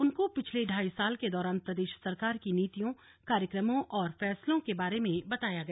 उनको पिछले ढाई साल के दौरान प्रदेश सरकार की नीतियों कार्यक्रमों और फैसलों के बारे में बताया गया